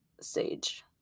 sage